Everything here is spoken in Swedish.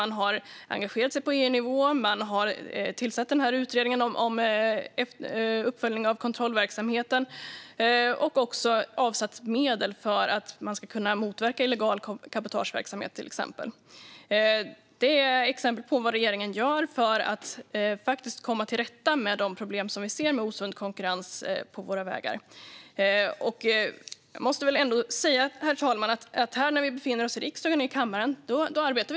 Man har engagerat sig på EU-nivå, och man har tillsatt utredningen om uppföljning av kontrollverksamheten. Man har också avsatt medel för att motverka illegal cabotageverksamhet, till exempel. Det är exempel på vad regeringen gör för att faktiskt komma till rätta med de problem med osund konkurrens som vi ser på våra vägar. Jag måste väl ändå säga, herr talman, att vi arbetar på policynivå när vi befinner oss här i kammaren i riksdagen.